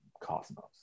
Cosmos